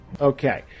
Okay